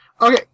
Okay